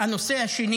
הנושא השני